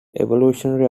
evolutionary